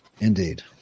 indeed